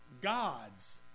God's